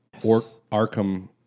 Arkham